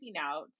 out